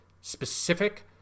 specific